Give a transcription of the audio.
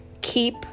Keep